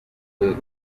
rwe